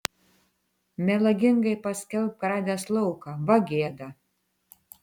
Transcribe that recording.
melagingai paskelbk radęs lauką va gėda